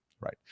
Right